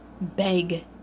Beg